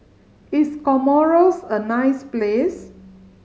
is Comoros a nice place